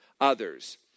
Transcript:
others